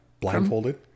Blindfolded